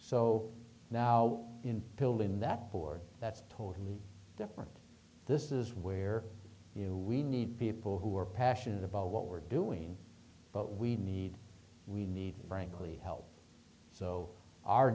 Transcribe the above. so now in building that board that's totally different this is where you we need people who are passionate about what we're doing but we need we need frankly help so our